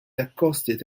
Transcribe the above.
accosted